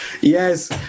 Yes